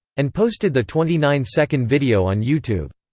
and posted the twenty nine second video on youtube.